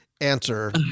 answer